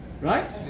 Right